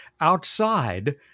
outside